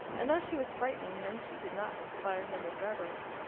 and though she was frightening him, she did not inspire him with reverence.